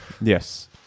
Yes